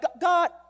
God